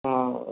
ହଁ